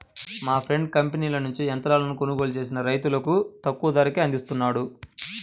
మా ఫ్రెండు కంపెనీల నుంచి యంత్రాలను కొనుగోలు చేసి రైతులకు తక్కువ ధరకే అందిస్తున్నాడు